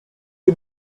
est